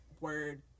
word